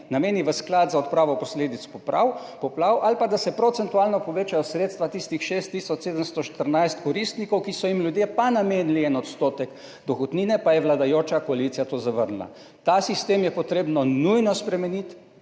nameni v sklad za odpravo posledic poplav ali pa da se procentualno povečajo sredstva tistim 6 tisoč 714 koristnikom, ki so jim ljudje namenili en odstotek dohodnine, pa je vladajoča koalicija to zavrnila. Ta sistem je treba nujno spremeniti,